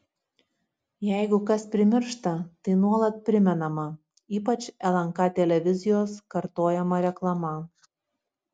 jeigu kas primiršta tai nuolat primenama ypač lnk televizijos kartojama reklama